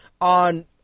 on